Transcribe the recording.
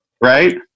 right